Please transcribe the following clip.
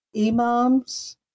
imams